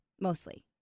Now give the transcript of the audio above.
Mostly